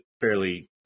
fairly